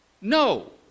no